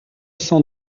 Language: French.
cent